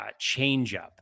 changeup